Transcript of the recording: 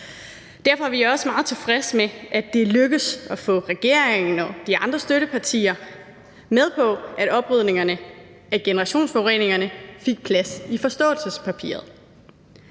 Derfor er vi også meget tilfredse med, at det er lykkedes at få regeringen og de andre støttepartier med på, at oprydningerne af generationsforureningerne